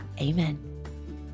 Amen